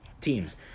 teams